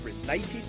related